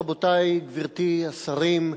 רבותי השרים,